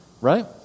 Right